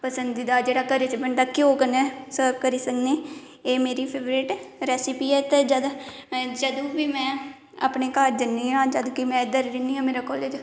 पसंदिदा जेहड़ा घरै च बनदा घ्यो कन्नै सर्ब करी सकने एह् मेरी फेबरट रेसीपी ते जद बी में अपने घर जन्नी आं जां जद कि में इद्धर रौहन्नी आं